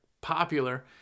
popular